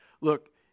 Look